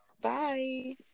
Bye